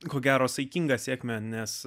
ko gero saikinga sėkme nes